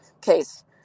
case